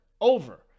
over